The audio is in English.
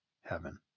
heaven